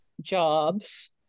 jobs